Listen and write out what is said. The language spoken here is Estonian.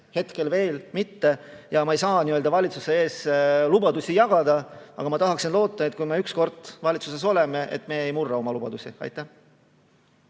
hetkel veel mitte, ja ma ei saa valitsuse eest lubadusi jagada, aga ma tahaksin loota, et kui meie ükskord valitsuses oleme, siis meie ei murra oma lubadusi. Andres